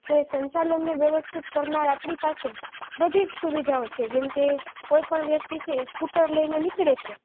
તો એ સંચાલનને વ્યવસ્થિત કરનાર આપણે પાસે બધી જ સુવિધાઓ છે જેમ કે કોઈપણ વ્યક્તિ છે એ સ્કૂટર લઈને નીકળે છે